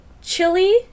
chili